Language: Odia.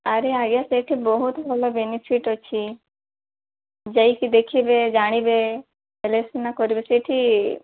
ଆରେ ଆଜ୍ଞା ସେଇଠି ବହୁତ ଭଲ ବେନିଫିଟ୍ ଅଛି ଯାଇକି ଦେଖିବେ ଜାଣିବେ ତାହେଲେ ସିନା କରିବେ ସେଇଠି